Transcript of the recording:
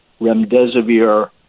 remdesivir